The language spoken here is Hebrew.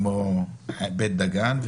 כמו בית דגן,